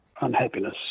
unhappiness